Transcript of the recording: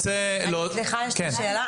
סליחה, יש לי שאלה.